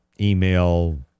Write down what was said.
email